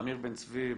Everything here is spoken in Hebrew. עמיר בן צבי,